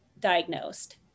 diagnosed